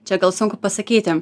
čia gal sunku pasakyti